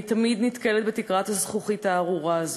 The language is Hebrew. אני תמיד נתקלת בתקרת הזכוכית הארורה הזאת,